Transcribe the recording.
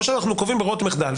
או שאנחנו קובעים ברירות מחדל,